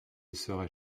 serais